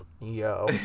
Yo